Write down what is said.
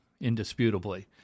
indisputably